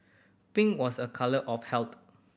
pink was a colour of health